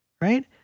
right